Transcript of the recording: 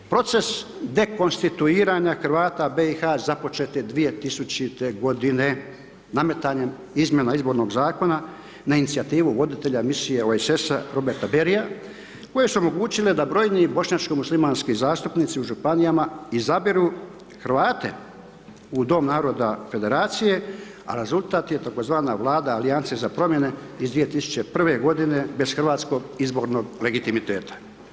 Proces dekonstituiranja Hrvata započet je 2000. godine, nametanjem izmjena izbornog zakona na inicijativu voditelja misije OESS-a Roberta Berija, koje su omogućile da brojni bošnjačko-muslimanski zastupnici u županijama izabiru Hrvate u Dom naroda federacije, a rezultat je tzv. Vlada alianse za promjene iz 2001. bez hrvatskog izbornog legitimiteta.